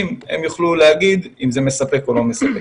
הם יוכלו להגיד אם זה מספק או לא מספק.